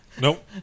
Nope